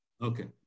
okay